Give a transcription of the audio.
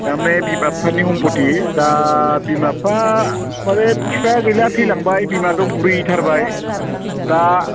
थारमाने बिमा बिफानि सम्फथि दा बिमा बिफा मानि बिफाया गैला थैलांबाय बिमा दं बुरै थारबाय दा